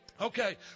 Okay